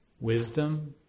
Wisdom